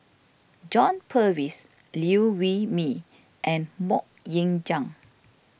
John Purvis Liew Wee Mee and Mok Ying Jang